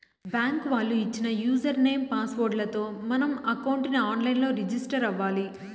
bank వాళ్ళు ఇచ్చిన user name, password లతో మనం అకౌంట్ ని ఆన్ లైన్ లో రిజిస్టర్ అవ్వాలి